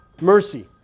mercy